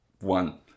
one